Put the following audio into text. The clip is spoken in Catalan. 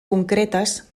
concretes